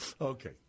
Okay